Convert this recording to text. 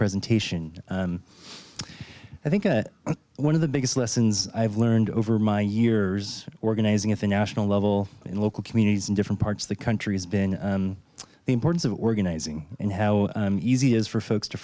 presentation i think one of the biggest lessons i've learned over my years organizing at the national level in local communities in different parts of the country has been the importance of organizing and how easy it is for folks to